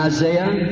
Isaiah